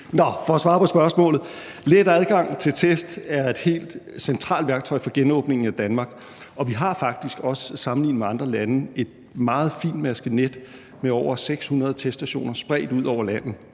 det. For at svare på spørgsmålet: Let adgang til test er et helt centralt værktøj for genåbningen af Danmark, og vi har faktisk også sammenlignet med andre lande et meget fintmasket net med over 600 teststationer spredt ud over landet,